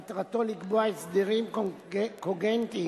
מטרתו לקבוע הסדרים קוגנטיים